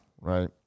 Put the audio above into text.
right